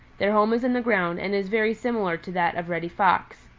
their home is in the ground and is very similar to that of reddy fox.